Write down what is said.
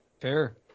fair